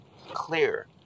clear